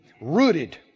rooted